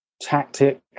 tactic